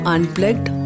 Unplugged